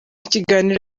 kiganiro